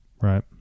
Right